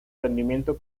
rendimiento